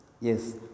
Yes